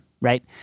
right